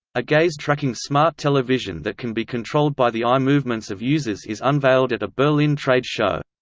a gaze-tracking smart television that can be controlled by the eye movements of users is unveiled at a berlin trade show.